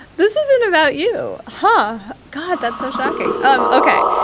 this isn't about you. huh? god, that's so shocking um ok,